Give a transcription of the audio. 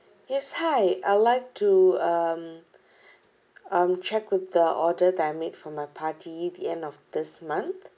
yes hi I'd like to um um check with the order that I made for my party the end of this month